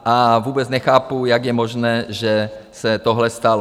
A vůbec nechápu, jak je možné, že se tohle stalo.